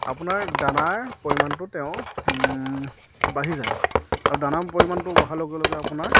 আপোনাৰ দানাৰ পৰিমাণটো তেওঁ বাঢ়ি যায় আৰু দানাৰ পৰিমাণটো বহাৰ লগে লগে আপোনাৰ